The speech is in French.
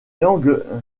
langues